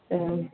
ओम